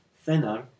thinner